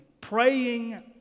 praying